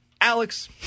Alex